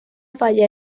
falla